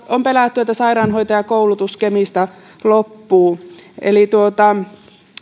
on pelätty jopa että sairaanhoitajakoulutus kemistä loppuu